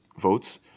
votes